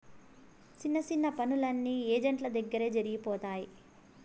సిన్న సిన్న పనులన్నీ ఏజెంట్ల దగ్గరే జరిగిపోతాయి